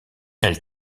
elle